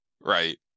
right